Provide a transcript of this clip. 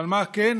אבל מה כן?